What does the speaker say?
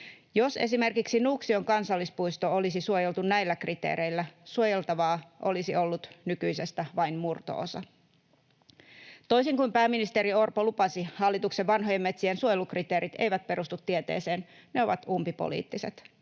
Jos esimerkiksi Nuuksion kansallispuisto olisi suojeltu näillä kriteereillä, suojeltavaa olisi ollut nykyisestä vain murto-osa. Toisin kuin pääministeri Orpo lupasi, hallituksen vanhojen metsien suojelukriteerit eivät perustu tieteeseen, ne ovat umpipoliittiset.